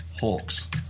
Hawks